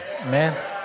Amen